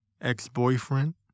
ex-boyfriend